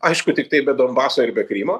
aišku tiktai be donbaso ir be krymo